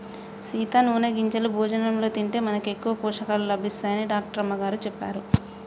సీత నూనె గింజలు భోజనంలో తింటే మనకి ఎక్కువ పోషకాలు లభిస్తాయని డాక్టర్ అమ్మగారు సెప్పారు